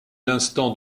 l’instant